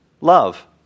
love